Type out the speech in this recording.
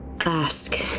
ask